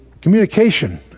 communication